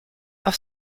auf